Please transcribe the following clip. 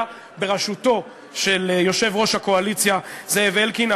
בראשותו של יושב-ראש הקואליציה זאב אלקין.